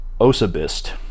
OSABist